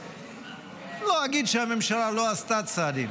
ולא אגיד שהממשלה לא עשתה צעדים,